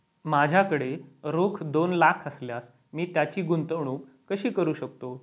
माझ्याकडे रोख दोन लाख असल्यास मी त्याची गुंतवणूक कशी करू शकतो?